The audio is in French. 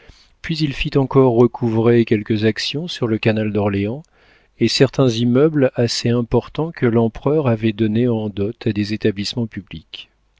puis il fit encore recouvrer quelques actions sur le canal d'orléans et certains immeubles assez importants que l'empereur avait donnés en dot à des établissements publics